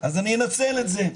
אני אנצל את זה.